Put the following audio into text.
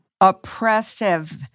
oppressive